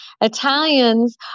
Italians